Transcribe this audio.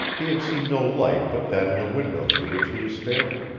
he had seen no light but that in the window through which he was staring.